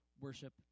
worship